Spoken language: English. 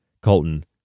Colton